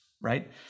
right